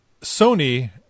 sony